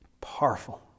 Powerful